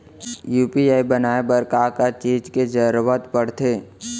UPI बनाए बर का का चीज के जरवत पड़थे?